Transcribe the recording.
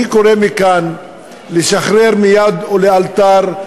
אני קורא מכאן לשחרר מייד, לאלתר,